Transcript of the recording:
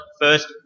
first